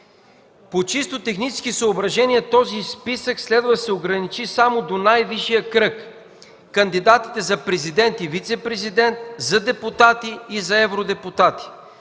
По чисто технически съображения този списък следва да се ограничи само до най-висшия кръг – кандидатите за президент и вицепрезидент, за депутати и за евродепутати.